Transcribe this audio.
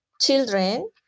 children